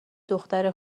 دختر